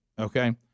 Okay